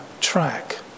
track